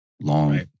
long